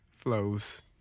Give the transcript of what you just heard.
flows